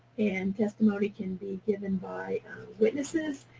and testimony can be given by witnesses.